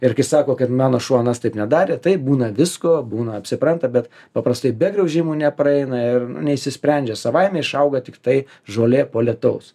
irgi kai sako kad mano šuo anas taip nedarė taip būna visko būna apsipranta bet paprastai be graužimų nepraeina ir neišsisprendžia savaime išauga tiktai žolė po lietaus